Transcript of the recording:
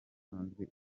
isanzwe